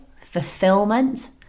fulfillment